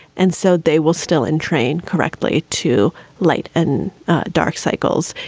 and so they will still and train correctly to light and dark cycles,